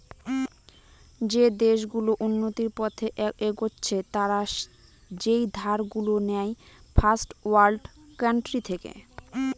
যে দেশ গুলো উন্নতির পথে এগচ্ছে তারা যেই ধার গুলো নেয় ফার্স্ট ওয়ার্ল্ড কান্ট্রি থেকে